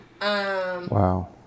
Wow